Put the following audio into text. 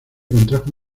contrajo